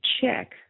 check